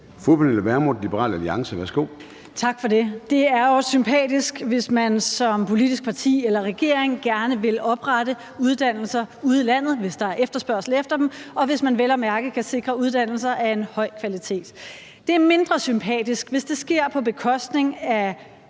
Pernille Vermund (LA): Tak for det. Det er også sympatisk, hvis man som politisk parti eller regering gerne vil oprette uddannelser ude i landet, hvis der er efterspørgsel efter dem, og hvis man vel at mærke kan sikre uddannelser af en høj kvalitet. Det er mindre sympatisk, hvis det sker på bekostning af